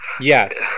Yes